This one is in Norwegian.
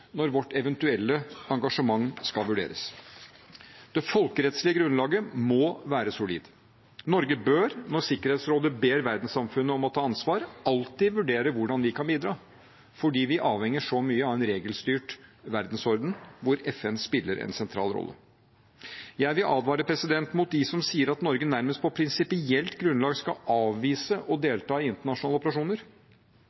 når vårt eventuelle engasjement skal vurderes. Det folkerettslige grunnlaget må være solid. Norge bør, når sikkerhetsrådet ber verdenssamfunnet om å ta ansvar, alltid vurdere hvordan vi kan bidra, for vi er så avhengige av en regelstyrt verdensorden hvor FN spiller en sentral rolle. Jeg vil advare mot dem som sier at Norge nærmest på prinsipielt grunnlag skal avvise